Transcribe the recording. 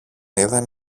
είδαν